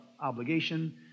obligation